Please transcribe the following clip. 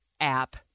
app